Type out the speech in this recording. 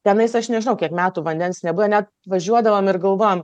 tenais aš nežinau kiek metų vandens nebuvę net važiuodavome ir galvojom